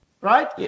Right